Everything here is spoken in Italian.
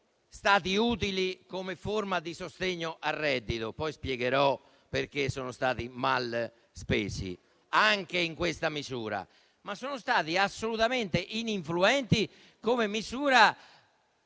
stati utili come forma di sostegno al reddito - poi spiegherò perché sono stati mal spesi anche in questa misura - ma sono stati assolutamente ininfluenti come misura